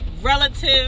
relative